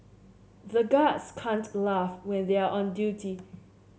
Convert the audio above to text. the guards can't laugh when they are on duty